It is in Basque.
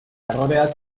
erroreak